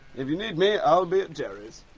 if you need me, i'll be at jerry's.